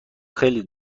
خیلی